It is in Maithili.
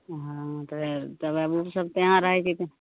हँ तऽ वएह ओ सब तऽ यहाँ रहै छै